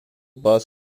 bus